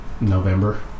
November